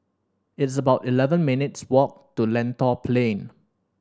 it's about eleven minutes' walk to Lentor Plain